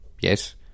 yes